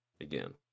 Again